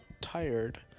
tired